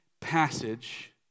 passage